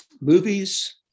Movies